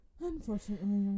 unfortunately